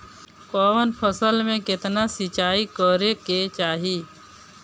कवन फसल में केतना सिंचाई करेके चाही?